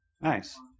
Nice